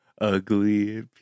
ugly